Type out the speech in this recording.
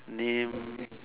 name